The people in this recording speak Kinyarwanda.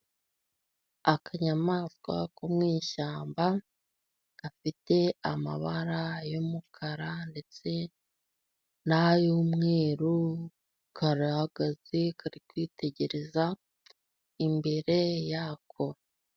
Akanyamaswa ko mu ishyamba gafite amabara y'umukara, ndetse n'ay'umweru, karahagaze kari kwitegereza imbere yako.